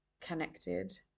connected